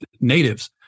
natives